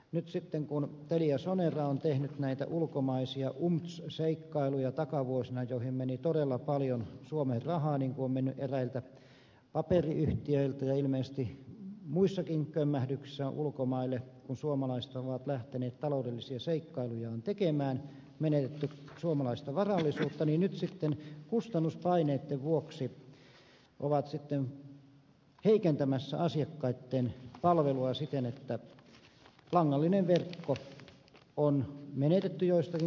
nyt sitten kun teliasonera on tehnyt takavuosina näitä ulkomaisia umts seikkailuja joihin meni todella paljon suomen rahaa niin kuin on mennyt eräiltä paperiyhtiöiltä ja ilmeisesti muissakin kömmähdyksissä ulkomaille kun suomalaiset ovat lähteneet taloudellisia seikkailujaan tekemään menetetty suomalaista varallisuutta niin nyt kustannuspaineitten vuoksi ollaan sitten heikentämässä asiakkaitten palvelua siten että langallinen verkko on menetetty joistakin kohdista